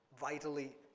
vitally